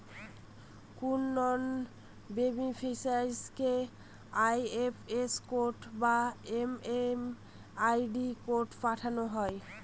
কোনো নন বেনিফিসিরইকে IFS code বা এম.এম.আই.ডি কোড পাঠানো হয়